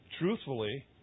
truthfully